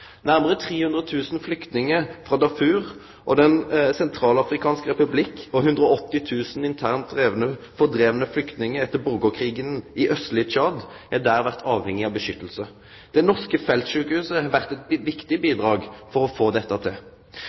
Nærmare 300 000 flyktningar frå Darfur og Den sentralafrikanske republikken og 180 000 internt fordrivne flyktningar etter borgarkrigen i austlege Tsjad har der vore avhengige av vern. Det norske feltsjukehuset har vore eit viktig bidrag for å få dette til.